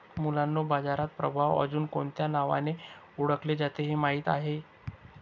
मुलांनो बाजार प्रभाव अजुन कोणत्या नावाने ओढकले जाते हे माहित आहे?